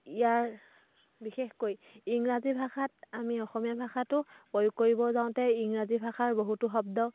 ইয়াৰ বিশেষকৈ ইংৰাজী ভাষাত আমি অসমীয়া ভাষাটো প্ৰয়োগ কৰিব যাওঁতে ইংৰাজী ভাষাৰ বহুতো শব্দ